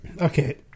Okay